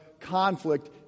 conflict